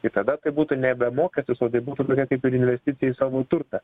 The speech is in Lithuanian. ir tada tai būtų nebe mokestis o tai būtų tokia kaip ir investicija į savo turtą